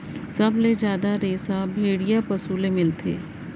सबले जादा रेसा भेड़िया पसु ले मिलथे